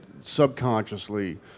subconsciously